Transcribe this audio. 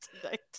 tonight